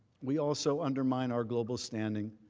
we also undermine our global standing,